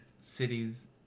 cities